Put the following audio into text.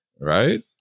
right